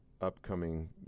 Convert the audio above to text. upcoming